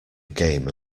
game